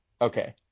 Okay